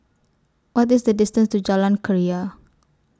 What IS The distance to Jalan Keria